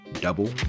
Double